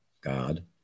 God